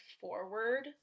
forward